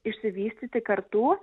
išsivystyti kartų